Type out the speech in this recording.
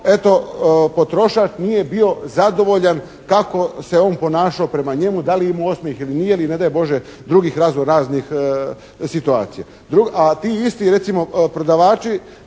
eto potrošač nije bio zadovoljan kako se on ponašao prema njemu, da li je imao osmjeh ili nije ili ne daj Bože drugih razno-raznih situacija, a ti isti recimo prodavači